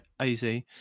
AZ